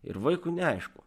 ir vaikui neaišku